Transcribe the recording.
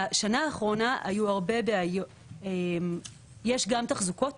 בשנה האחרונה היו הרבה בעיות יש גם תחזוקות